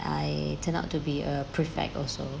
I turned out to be a prefect also